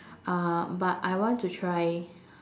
uh but I want to try